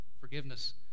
Forgiveness